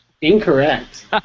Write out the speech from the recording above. incorrect